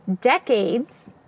decades